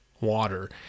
water